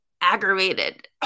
aggravated